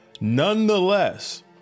Nonetheless